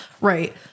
Right